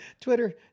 Twitter